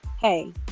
hey